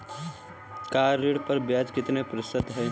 Car ऋण पर ब्याज कितने प्रतिशत है?